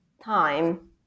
time